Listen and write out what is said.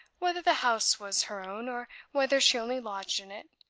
whether the house was her own, or whether she only lodged in it.